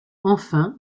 enfin